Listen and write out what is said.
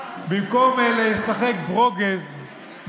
במקום לשחק ברוגז,